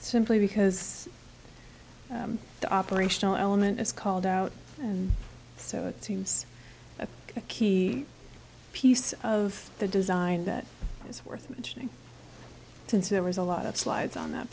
simply because the operational element is called out so it seems a key piece of the design that is worth mentioning since there was a lot of slides on that